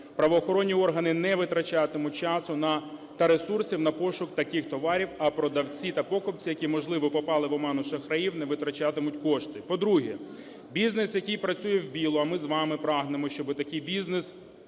Правоохоронні органи не витрачатимуть часу та ресурсів на пошук таких товарів, а продавці та покупці, які, можливо, попали в оману шахраїв, не витрачатимуть кошти. По-друге, бізнес, який працює "вбілу", а ми з вами прагнемо, щоб такий бізнес